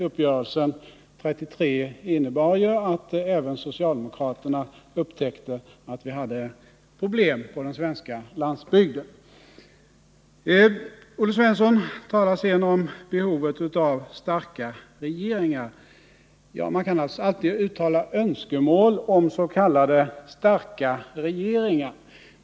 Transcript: Uppgörelsen 1933 innebar ju att även socialdemokraterna upptäckte att vi hade problem på den svenska landsbygden. Olle Svensson talar sedan om behovet av starka regeringar. Man kan naturligtvis alltid uttala önskemål om s.k. starka regeringar.